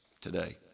today